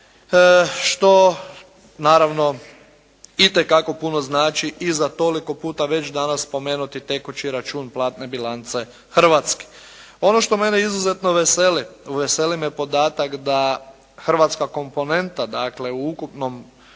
što naravno itekako puno znači i za toliko puta već danas spomenuti tekući račun platne bilance Hrvatske. Ono što mene izuzetno veseli, veseli me podatak da hrvatska komponenta dakle, u ukupnom,